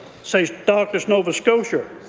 says doctors nova scotia.